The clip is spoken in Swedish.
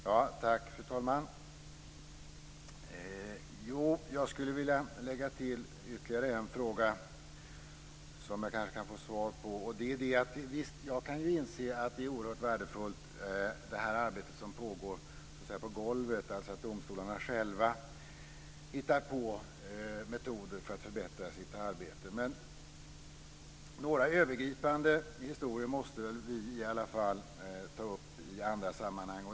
Fru talman! Jag skulle vilja lägga till ytterligare en fråga som jag kanske kan få svar på. Visst kan jag inse att det är oerhört värdefullt med det arbete som pågår på golvet, dvs. att domstolarna själva hittar på metoder för att förbättra sitt arbete. Några övergripande saker måste vi ändå ta upp i andra sammanhang.